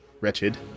wretched